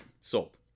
Sold